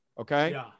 okay